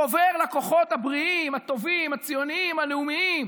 חובר לכוחות הבריאים, הטובים, הציוניים, הלאומיים,